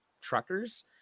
truckers